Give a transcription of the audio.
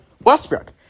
Westbrook